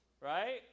Right